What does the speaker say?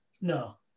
No